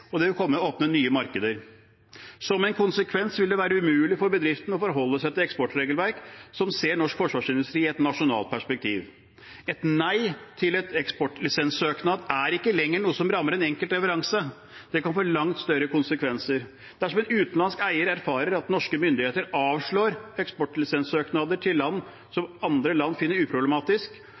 og det vil åpne nye markeder. Som en konsekvens vil det være umulig for bedriftene å forholde seg til eksportregelverk som ser norsk forsvarsindustri i et nasjonalt perspektiv. Et nei til en eksportlisenssøknad er ikke lenger noe som rammer en enkelt leveranse. Det kan få langt større konsekvenser. Dersom en utenlandsk eier erfarer at norske myndigheter avslår eksportlisenssøknader til land som andre land finner uproblematisk